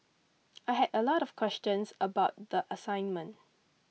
I had a lot of questions about the assignment